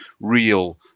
real